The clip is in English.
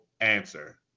answer